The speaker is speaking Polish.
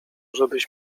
żebyś